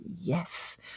Yes